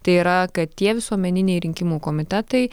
tai yra kad tie visuomeniniai rinkimų komitetai